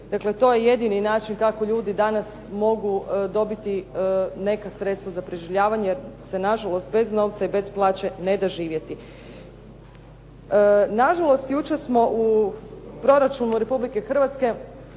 Dakle, to je jedini način kako ljudi danas mogu dobiti neka sredstva za preživljavanje jer se nažalost bez novca i bez plaće neda živjeti. Nažalost, jučer smo u proračunu Republike Hrvatske